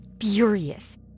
furious